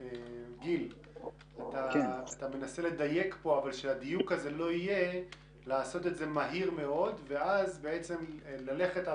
אתה מנסה לדייק אבל שהדיוק לא יהיה לעשות את זה מהיר מאוד ואז ללכת על